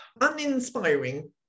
uninspiring